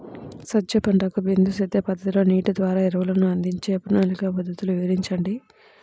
సజ్జ పంటకు బిందు సేద్య పద్ధతిలో నీటి ద్వారా ఎరువులను అందించే ప్రణాళిక పద్ధతులు వివరించండి?